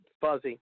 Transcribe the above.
fuzzy